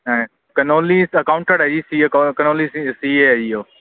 ਹਾਂ ਕਨੋਲੀ ਅਕਾਊਂਟਡ ਹੈ ਜੀ ਕਨੋਲੀ ਸੀ ਏ ਐ ਜੀ ਊਹ